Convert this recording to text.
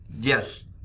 Yes